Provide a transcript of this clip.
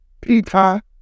Peter